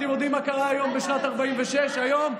אתם יודעים מה קרה היום בשנת 1946, היום?